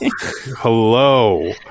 hello